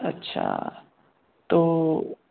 अच्छा तो